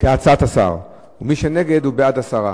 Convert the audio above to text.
כהצעת השר, ומי שנגד, הוא בעד הסרה.